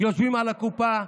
יושבים על הקופה,